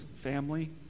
family